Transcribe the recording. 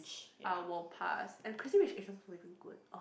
I will pass and Crazy Rich Asians wasn't even good !ugh!